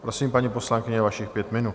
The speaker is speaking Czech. Prosím, paní poslankyně, vašich pět minut.